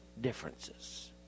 differences